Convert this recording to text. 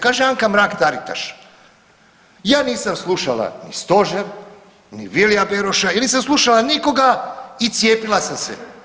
Kaže Anka Mrak-Taritaš ja nisam slušala ni stožer, ni Vilija Beroša, ja nisam slušala nikoga i cijepila sam se.